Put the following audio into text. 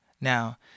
now